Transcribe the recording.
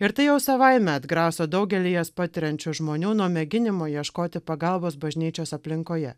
ir tai jau savaime atgraso daugelį jas patiriančių žmonių nuo mėginimo ieškoti pagalbos bažnyčios aplinkoje